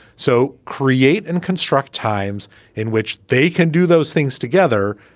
so create and construct times in which they can do those things together.